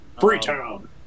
Freetown